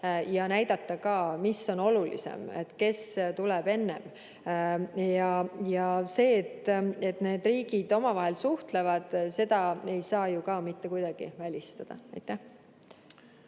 ja näidata ka, mis on olulisem, kes tuleb enne. Ja seda, et need riigid omavahel suhtlevad, ei saa ju ka mitte kuidagi välistada. Aitäh!